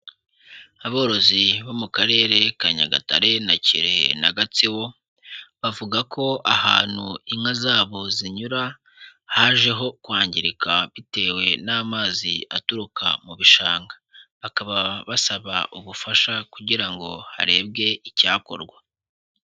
Aborozi bo mu Karere ka Nyagatare na Kirehe na Gatsibo, bavuga ko ahantu inka zabo zinyura hajeho kwangirika bitewe n'amazi aturuka mu bishanga, bakaba basaba ubufasha kugira ngo harebwe icyakorwa.